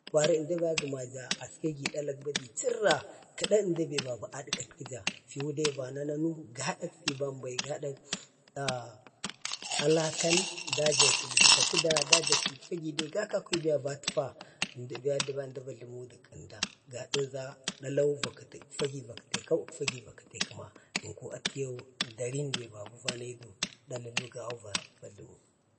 kwari əmdabe gəmaja askegi dalak bade chirra kəda əmdabe a dehatkəja. fiu dai babu nanu gadak fi bambai gadak ajakan, dajak takəda dajak gakaku bai fibai vatfa tiya əmda dai va dəra jlumu əmdo ʒa dalau da kati fagi gafke akau fagi va kətai kəma. ʒnku ati yau dara bi babu va naidu ndalalu kawu va dallu.